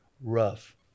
rough